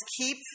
keep